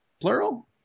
plural